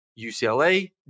UCLA